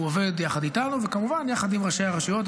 הוא עובד יחד איתנו, וכמובן יחד עם ראשי הרשויות.